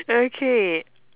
okay